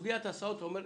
בסוגיית ההסעות אומרים